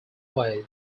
way